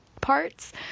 parts